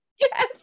Yes